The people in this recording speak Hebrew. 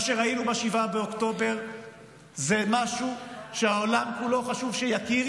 מה שראינו ב-7 באוקטובר זה משהו שהעולם כולו חשוב שיכיר,